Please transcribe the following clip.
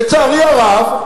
לצערי הרב,